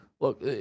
look